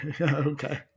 Okay